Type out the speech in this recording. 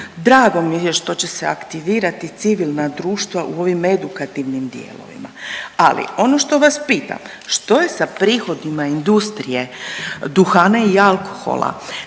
Drago mi je što će se aktivirati civilna društva u ovim edukativnim dijelovima, ali ono što vas pitam što je sa prihodima industrije duhana i alkohola.